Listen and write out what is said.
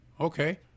Okay